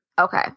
Okay